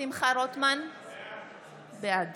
שמחה רוטמן, בעד